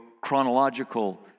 Chronological